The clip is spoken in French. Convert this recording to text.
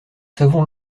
savons